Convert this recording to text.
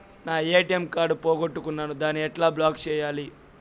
నా ATM card పోగొట్టుకున్నాను, దాన్ని ఎట్లా బ్లాక్ సేయాలి?